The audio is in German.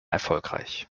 erfolgreich